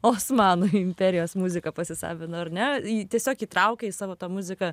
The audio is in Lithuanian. osmanų imperijos muziką pasisavino ar ne ji tiesiog įtraukia į savo tą muziką